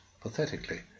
pathetically